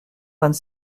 vingt